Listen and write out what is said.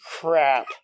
crap